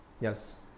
Yes